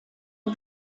die